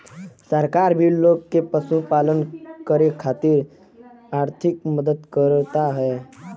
सरकार भी लोग के पशुपालन करे खातिर आर्थिक मदद करत हौ